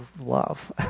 love